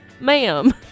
Ma'am